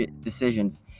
decisions